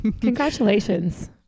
congratulations